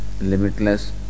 limitless